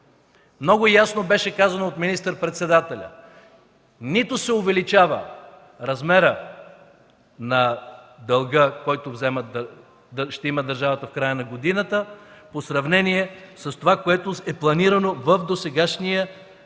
Много ясно беше казано от министър-председателя: нито се увеличава размерът на дълга, който ще има държавата в края на годината в сравнение с това, което е планирано в досегашния модел.